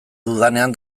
dudanean